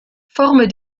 forme